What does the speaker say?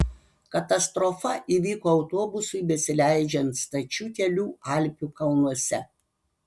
katastrofa įvyko autobusui besileidžiant stačiu keliu alpių kalnuose